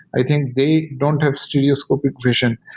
i think they don't have stereoscopic vision,